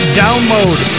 download